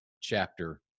chapter